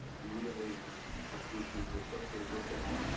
really tough issues associated with that